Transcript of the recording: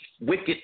wicked